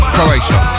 Croatia